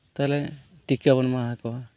ᱛᱟᱦᱚᱞᱮ ᱴᱤᱠᱟ ᱵᱚᱱ ᱮᱢᱟᱣᱟᱠᱚᱣᱟ